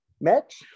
match